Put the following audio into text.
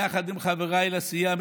יחד עם חבריי לסיעה,